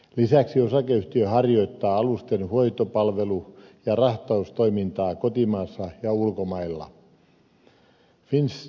lisäksi osakeyhtiö harjoittaa alusten hoitopalvelu ja rahtaustoimintaa kotimaassa ja ulkomailla